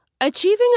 Achieving